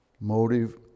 motive